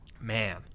man –